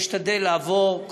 אשתדל לעבור,